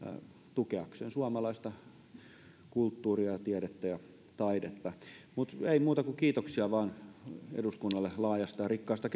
tukeakseen suomalaista kulttuuria tiedettä ja taidetta mutta ei muuta kuin kiitoksia vaan eduskunnalle laajasta ja rikkaasta